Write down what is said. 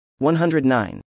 109